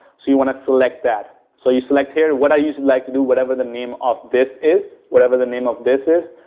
so, you want to select that. so, you select here. what i usually like to do, whatever the name of this is, whatever the name of this is,